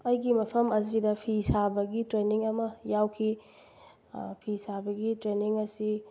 ꯑꯩꯒꯤ ꯃꯐꯝ ꯑꯁꯤꯗ ꯐꯤ ꯁꯥꯕꯒꯤ ꯇ꯭ꯔꯦꯅꯤꯡ ꯑꯃ ꯌꯥꯎꯈꯤ ꯐꯤ ꯁꯥꯕꯒꯤ ꯇꯔꯦꯅꯤꯡ ꯑꯁꯤ